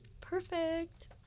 perfect